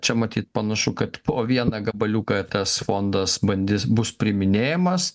čia matyt panašu kad po vieną gabaliuką tas fondas bandys bus priiminėjamas